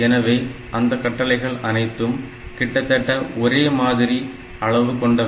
எனவே அந்த கட்டளைகள் அனைத்தும் கிட்டத்தட்ட ஒரே மாதிரி அளவு கொண்டவை